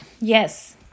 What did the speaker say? Yes